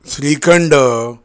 shrikhand